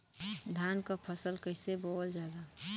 धान क फसल कईसे बोवल जाला?